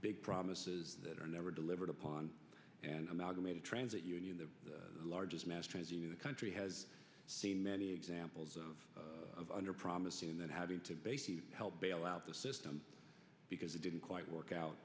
big promises that are never delivered upon and amalgamated transit union the largest mass transit in the country has seen many examples of under promising and then having to help bail out the system because it didn't quite work out